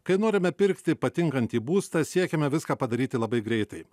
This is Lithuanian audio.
kai norime pirkti patinkantį būstą siekiame viską padaryti labai greitai